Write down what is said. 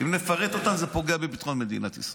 אם נפרט אותם, זה פוגע בביטחון מדינת ישראל.